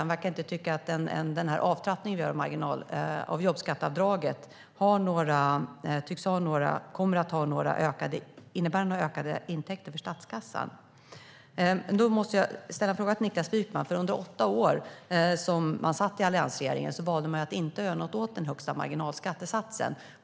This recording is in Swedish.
Han verkar inte tro att den avtrappning vi gör av jobbskatteavdraget kommer att innebära några ökade intäkter för statskassan. Under alliansregeringens åtta år valde man att inte göra något åt den högsta marginalskattesatsen.